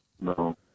no